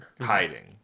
Hiding